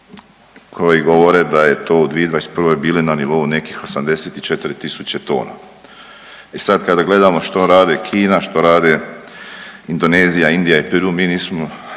koji govore da je to u 2021. bili na nivou nekih 84.000 tona. E sad kada gledamo što radi Kina, što rade Indonezija, Indija i Peru mi nismo